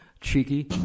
Cheeky